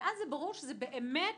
ואז ברור שזה באמת